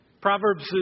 Proverbs